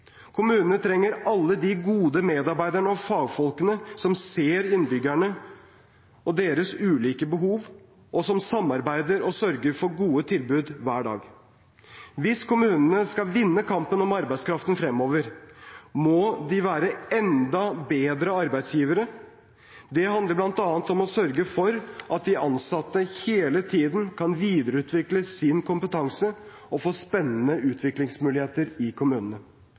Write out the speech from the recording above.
Kommunene trenger alle de gode medarbeiderne og fagfolkene som ser innbyggerne og deres ulike behov, og som samarbeider og sørger for gode tilbud hver dag. Hvis kommunene skal vinne kampen om arbeidskraften fremover, må de være enda bedre arbeidsgivere. Det handler bl.a. om å sørge for at de ansatte hele tiden kan videreutvikle sin kompetanse og få spennende utviklingsmuligheter i kommunene.